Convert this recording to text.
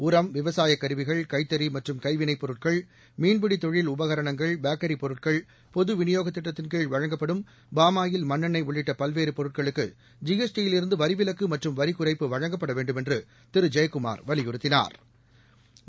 உரம் விவசாய கருவிகள் கைத்தறி மற்றும் கைவினைப் பொருட்கள் மீன்பிடி தொழில் உபகரணங்கள் பேக்கரி பொருட்கள் பொது விநியோக திட்டத்தின்கீழ் வழங்கப்படும் பாமாயில் மண்ணெண் உள்ளிட்ட பல்வேறு பொருட்களுக்கு ஜி எஸ் டி யிலிருந்து வரி விலக்கு மற்றும் வரிக்குறைப்பு வழங்கப்பட வேண்டுமென்று திரு ஜெயக்குமாா் வலியுறுத்தினாா்